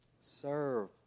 Serve